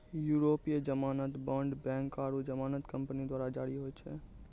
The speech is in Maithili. यूरोपीय जमानत बांड बैंको आरु जमानत कंपनी द्वारा जारी होय छै